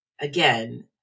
again